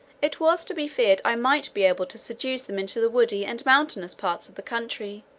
it was to be feared i might be able to seduce them into the woody and mountainous parts of the country,